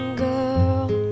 girl